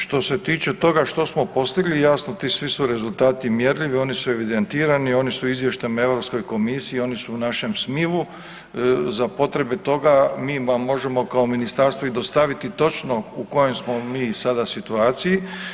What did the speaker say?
Što se tiče toga što smo postigli, jasno, ti svi su rezultati mjerljivi, oni su evidentirani, oni su izvješteni Europskoj komisiji, oni su u našem SMiV-u, za potrebe toga mi vam možemo kao ministarstvo dostaviti i točno u kojoj smo mi sada situaciji.